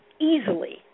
easily